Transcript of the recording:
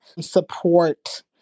support